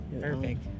perfect